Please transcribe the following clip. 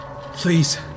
Please